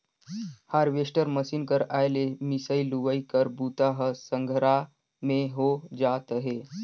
harvester machine कर आए ले मिंसई, लुवई कर बूता ह संघरा में हो जात अहे